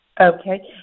Okay